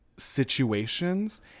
Situations